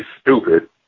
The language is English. stupid